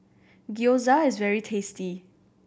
gyoza is very tasty